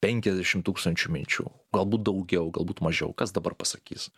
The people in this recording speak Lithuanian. penkiasdešim tūkstančių minčių galbūt daugiau galbūt mažiau kas dabar pasakys